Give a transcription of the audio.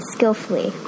Skillfully